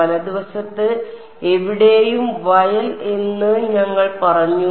വലതുവശത്ത് എവിടെയും വയൽ എന്ന് ഞങ്ങൾ പറഞ്ഞു